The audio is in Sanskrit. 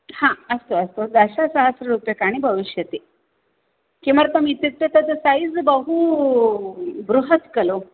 अस्तु अस्तु दशसहस्ररूप्यकाणि भविष्यति किमर्थमित्युक्ते तद् सैज़् बहु बृहत् खलु